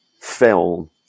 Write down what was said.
film